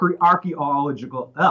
archaeological